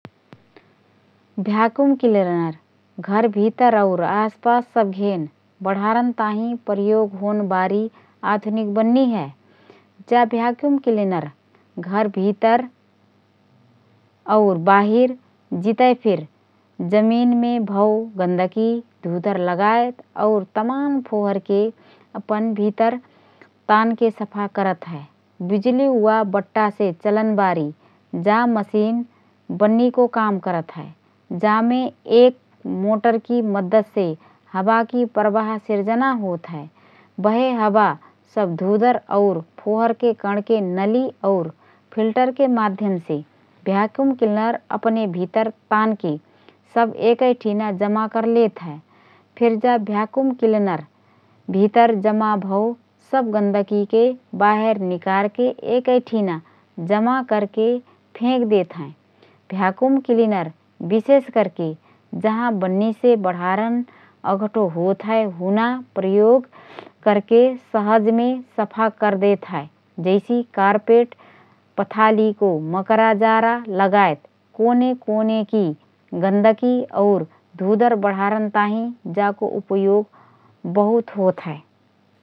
Vacuum cleaner घर भितर और आसपास सबघेन बढारन ताहिँ प्रयोग होन बारी आधुनिक बन्नी हए । जा भ्याकुम क्लिनर घर भितर और बाहिर जितए फिर जमिनमे भओ गन्दगी, धुधर लगायत और तमान फोहोरके अपन भितर तानके सफा करत हए । बिजुली वा बट्टासे चलनबारी जा मसिन बन्नीको काम करत हए । जामे एक मोटरकी मद्दतसे हावाकी प्रवाह सिर्जना होतहए । बेहे हावा सब धुधर और फोहोरके कणके नली और फिल्टरके मध्यमसे भ्याकुम क्लिनर अपने भितर तानके सब एकए ठिना जमा करलेत हए । फिर जा भ्याकुम क्लिनर भितर जमा भओ सब गन्दगीके बाहिर निकारके एक ठिना जमा करके फेंकदेत हएँ । भ्याकुम क्लिनर विशेष करके जहाँ बन्नीसे बढारन अगठो होतहए हुँना प्रयोग करके सहजमे सफा करदेत हए । जैसि: कार्पेट, पथालीको मकराजारा लगायत कोने कोनेघेनकी गन्दगी और धुधर बढारन ताहिँ जाको उपयोग बहुत होतहए ।